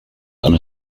and